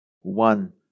one